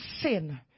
sin